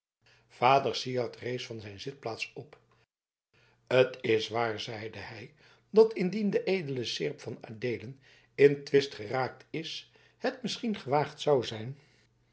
vader syard rees van zijn zitplaats op t is waar zeide hij dat indien de edele seerp van adeelen in twist geraakt is het misschien gewaagd zou zijn